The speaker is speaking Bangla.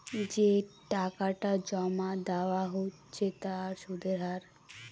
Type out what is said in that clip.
যে টাকাটা জমা দেওয়া হচ্ছে তার সুদের হার